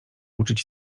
uczyć